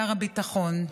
שר הביטחון,